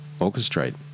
orchestrate